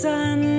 Sun